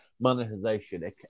monetization